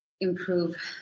improve